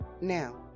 Now